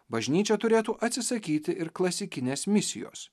bažnyčia turėtų atsisakyti ir klasikinės misijos